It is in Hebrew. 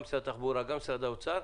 גם משרד התחבורה וגם משרד האוצר,